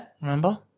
Remember